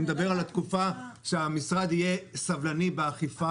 אני מדבר על התקופה שהמשרד יהיה סבלני באכיפה.